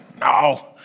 No